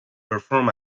perform